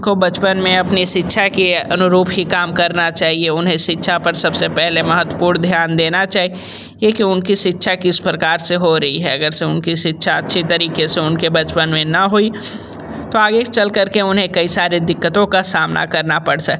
को बचपन में अपनी शिक्षा के अनुरूप ही काम करना चाहिए उन्हें शिक्षा पर सब से पहले महत्वपूर्ण ध्यान देना चाहि ए कि उनकी शिक्षा किस प्रकार से हो रही है अगर से उनकी शिक्षा अच्छी तरीक़े से उनके बचपन में ना हुई तो आगे चल कर के उन्हें कई सारी दिक्कतों का सामना करना पड़ स